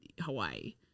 Hawaii